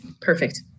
Perfect